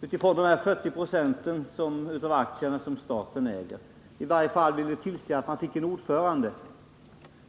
utifrån de 40 Zo av aktierna som staten äger, i varje fall ville tillse att styrelsen fick en ordförande.